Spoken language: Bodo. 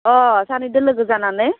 अ सानैजों लोगो जानानै